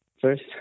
first